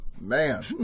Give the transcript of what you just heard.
man